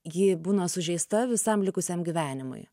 ji būna sužeista visam likusiam gyvenimui